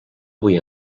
avui